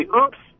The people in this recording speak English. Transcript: oops